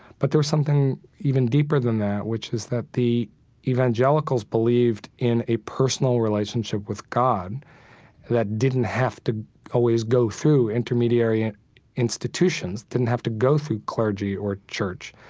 but there was something even deeper than that, which is that the evangelicals believed in a personal relationship with god that didn't have to always go through intermediary institutions, didn't have to go through clergy or church.